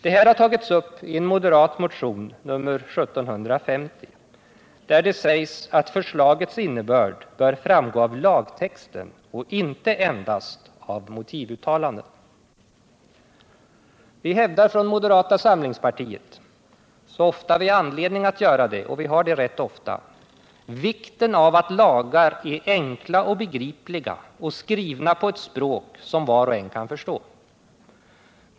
Detta har tagits upp i en moderat motion, nr 1750, där det sägs att förslagets innebörd bör framgå av lagtexten och inte endast av motivuttalanden. Vi hävdar från moderata samlingspartiet så ofta vi har anledning att göra det — och vi har det rätt ofta — vikten av att lagar är enkla och begripliga och skrivna på ett språk som var och en kan förstå.